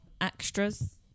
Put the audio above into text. extras